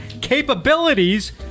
Capabilities—